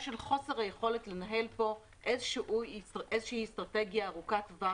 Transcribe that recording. של חוסר היכולת לנהל פה אסטרטגיה ארוכת טווח,